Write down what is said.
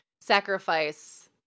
sacrifice